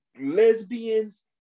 lesbians